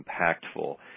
impactful